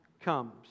comes